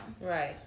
Right